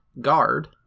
Guard